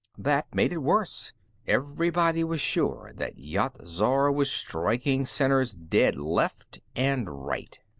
that made it worse everybody was sure that yat-zar was striking sinners dead left and right.